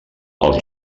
als